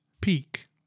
peak